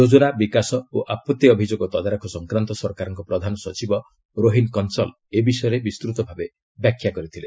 ଯୋଜନା ବିକାଶ ଓ ଆପତ୍ତି ଅଭିଯୋଗ ତଦାରଖ ସଂକ୍ରାନ୍ତ ସରକାରଙ୍କ ପ୍ରଧାନ ସଚିବ ରୋହିନ୍ କନ୍ସଲ୍ ଏ ବିଷୟରେ ବିସ୍ତୃତ ଭାବେ ବ୍ୟାଖ୍ୟା କରିଥିଲେ